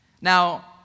Now